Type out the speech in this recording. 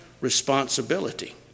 responsibility